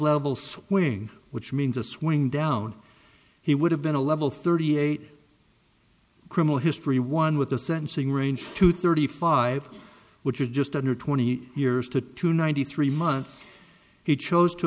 level swing which means a swing down he would have been a level thirty eight criminal history one with the sentencing range to thirty five which is just under twenty years to two ninety three months he chose to